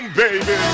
baby